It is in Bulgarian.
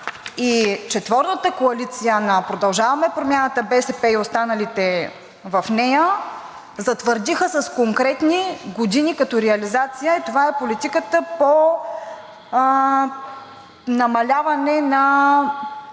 и четворната коалиция на „Продължаваме Промяната“, БСП и останалите в нея затвърдиха с конкретни години като реализация. Това е политиката по намаляване на